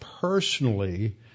personally